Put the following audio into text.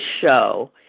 show